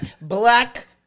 black